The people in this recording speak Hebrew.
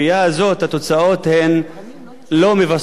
התוצאות לא מבשרות טובות.